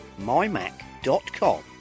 mymac.com